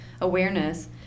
awareness